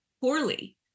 poorly